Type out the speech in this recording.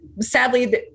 sadly